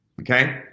Okay